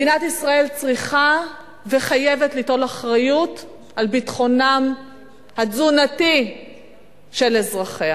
מדינת ישראל צריכה וחייבת ליטול אחריות על ביטחונם התזונתי של אזרחיה,